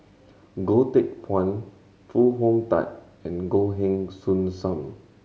Goh Teck Phuan Foo Hong Tatt and Goh Heng Soon Sam